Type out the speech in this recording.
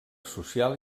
social